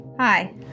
Hi